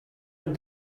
and